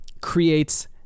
creates